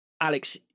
Alex